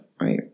right